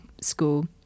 school